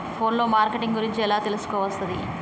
Phone లో marketing గురించి ఎలా తెలుసుకోవస్తది?